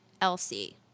Elsie